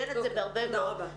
אפשר לעגן את זה בהרבה מאוד דרכים.